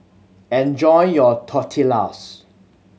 enjoy your Tortillas